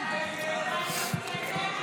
הסתייגות